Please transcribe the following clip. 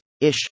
ish